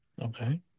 Okay